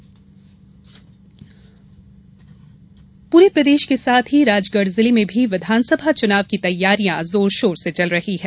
चुनाव तैयारियां पूरे प्रदेश के साथ ही राजगढ़ जिले में भी विघानसभा चुनाव की तैयारियां जोरशोर से चल रही हैं